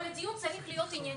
אבל הדיון צריך להיות ענייני,